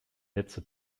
netze